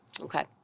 Okay